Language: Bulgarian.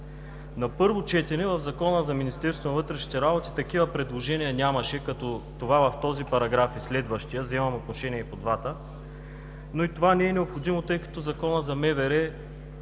на вътрешните работи такива предложения нямаше – като това в този параграф и следващия, вземам отношение и по двата, но и това не е необходимо, тъй като Законът за МВР е